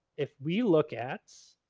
if we look at